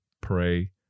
pray